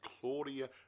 Claudia